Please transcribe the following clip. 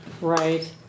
Right